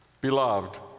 Beloved